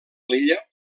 l’illa